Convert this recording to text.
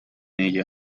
ella